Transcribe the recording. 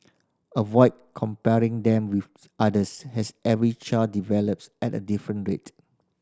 avoid comparing them with others as every child develops at a different rate